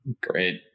Great